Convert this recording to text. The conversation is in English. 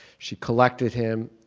she collected him,